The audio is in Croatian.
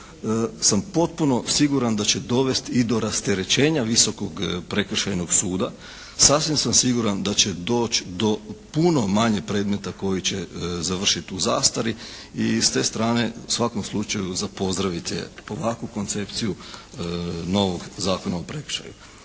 sam potpuno siguran da će dovesti i do rasterećenja Visokog prekršajnog suda. Sasvim sam siguran da će doći do puno manje predmeta koji će završiti u zastari i s te strane u svakom slučaju za pozdraviti je ovakvu koncepciju novog Zakona o prekršajima.